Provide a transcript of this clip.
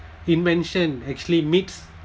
invention actually makes